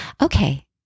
okay